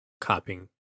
copying